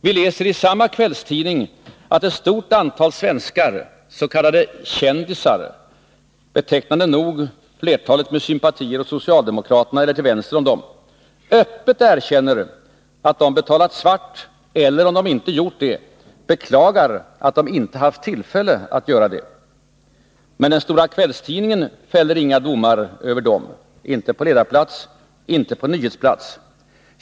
Vi läser i samma kvällstidning att ett stort antal svenskar, s.k. kändisar — betecknande nog har flertalet sympatier hos socialdemokraterna eller till vänster om dem — öppet erkänner att de betalat svart eller, om de inte gjort det, beklagar att de inte haft tillfälle att göra det. Men den stora 6 Riksdagens protokoll 1981/82:171 kvällstidningen fäller inga domar över dem — inte på ledarplats, inte på nyhetsplats.